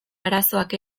arazoak